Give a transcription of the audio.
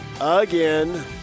again